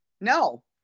No